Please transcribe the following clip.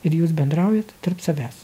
ir jūs bendraujat tarp savęs